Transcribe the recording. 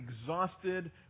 exhausted